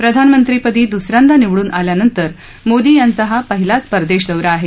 प्रधानमंत्रीपदी दुसऱ्यांदा निवडून आल्यानंतर मोदी यांचा हा पहिलाच परदेश दौरा आहे